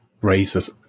raises